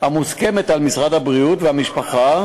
המוסכמת על משרד הבריאות והמשפחה,